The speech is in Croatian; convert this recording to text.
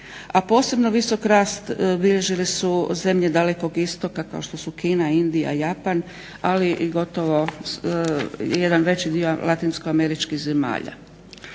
a posebno visok rast zabilježile su zemlje Dalekog istoga kao što su Kina, Indija, Japan ali i gotovo jedan veći dio Latinoameričkih zemalja.